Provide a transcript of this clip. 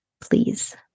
please